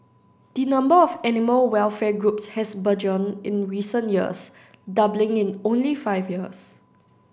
the number of animal welfare groups has burgeoned in recent years doubling in only five years